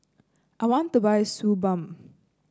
I want to buy Suu Balm